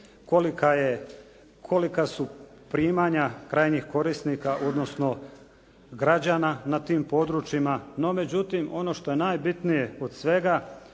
kolika su primanja krajnjih korisnika odnosno građana na tim područjima. No međutim, ono što je najbitnije od svega